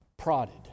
prodded